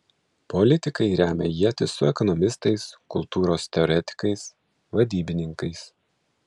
politikai remia ietis su ekonomistais kultūros teoretikais vadybininkais